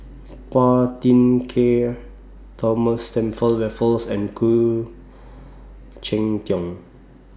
Phua Thin Kiay Thomas Stamford Raffles and Khoo Cheng Tiong